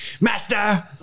Master